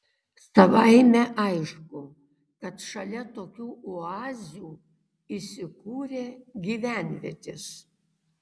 savaime aišku kad šalia tokių oazių įsikūrė gyvenvietės